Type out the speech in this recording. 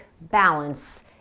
balance